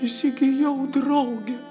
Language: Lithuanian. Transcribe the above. įsigijau draugę